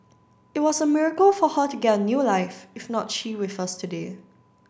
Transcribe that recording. it was a miracle for her to get a new life if not she with us today